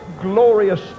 glorious